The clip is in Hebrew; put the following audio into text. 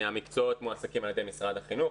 מהמקצועות מועסקים על ידי משרד החינוך.